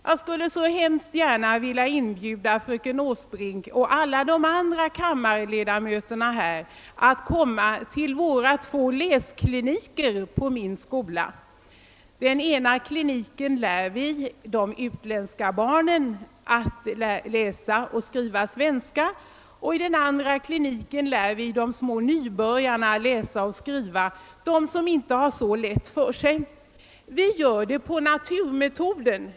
Jag skulle gärna vilja inbjuda fröken Åsbrink och kammarens övriga ledamöter att komma till våra två läskliniker vid min skola. I den ena lär vi de utländska barnen att skriva och läsa svenska, och i den andra kliniken undervisar vi nybörjare som inte har så lätt att läsa och skriva. Vi gör det med naturmetoden.